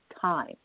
time